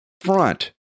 front